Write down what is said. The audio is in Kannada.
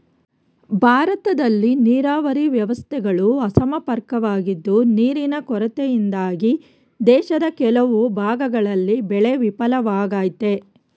ಭಾರತದಲ್ಲಿ ನೀರಾವರಿ ವ್ಯವಸ್ಥೆಗಳು ಅಸಮರ್ಪಕವಾಗಿದ್ದು ನೀರಿನ ಕೊರತೆಯಿಂದಾಗಿ ದೇಶದ ಕೆಲವು ಭಾಗಗಳಲ್ಲಿ ಬೆಳೆ ವಿಫಲವಾಗಯ್ತೆ